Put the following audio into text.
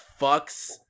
fucks